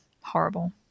horrible